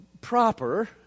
proper